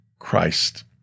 Christ